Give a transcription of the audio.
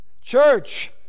church